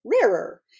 rarer